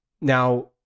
Now